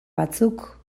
batzuk